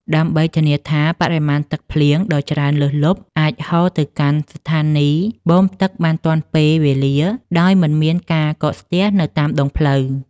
ដើម្បីធានាថាបរិមាណទឹកភ្លៀងដ៏ច្រើនលើសលប់អាចហូរទៅកាន់ស្ថានីយបូមទឹកបានទាន់ពេលវេលា ដោយមិនមានការកកស្ទះនៅតាមដងផ្លូវ។